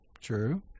True